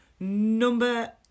Number